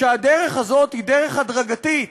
שהדרך הזאת היא דרך הדרגתית,